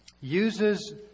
uses